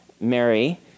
Mary